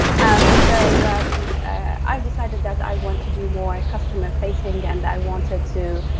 um so i've decided that i want to do more customer facing and i wanted to